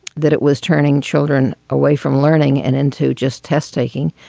that it was turning children away from learning and into just test taking.